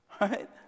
Right